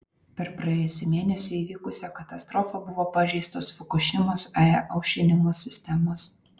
per praėjusį mėnesį įvykusią katastrofą buvo pažeistos fukušimos ae aušinimo sistemos